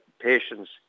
patients